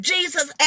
Jesus